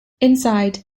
inside